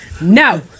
No